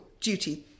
duty